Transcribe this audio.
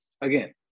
again